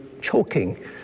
choking